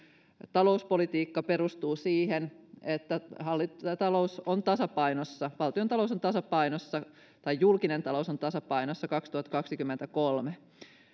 talouspolitiikka perustuu siihen että talous on tasapainossa valtiontalous on tasapainossa tai julkinen talous on tasapainossa kaksituhattakaksikymmentäkolme se